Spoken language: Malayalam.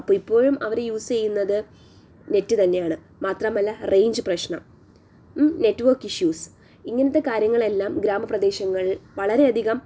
അപ്പോൾ ഇപ്പോഴും അവർ യൂസ് ചെയ്യുന്നത് നെറ്റ് തന്നെയാണ് മാത്രമല്ല റേഞ്ച് പ്രശ്നം നെറ്റ് വർക്ക് ഇഷ്യൂസ് ഇങ്ങനത്തെ കാര്യങ്ങളെല്ലാം ഗ്രാമപ്രദേശങ്ങൾ വളരെയധികം